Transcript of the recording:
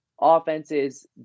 offenses